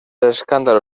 escándalo